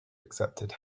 accepted